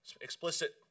explicit